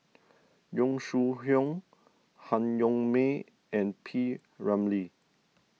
Yong Shu Hoong Han Yong May and P Ramlee